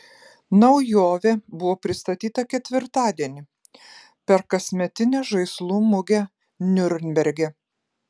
naujovė buvo pristatyta ketvirtadienį per kasmetinę žaislų mugę niurnberge